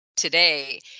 today